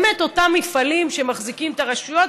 אותם מפעלים שמחזיקים את הרשויות,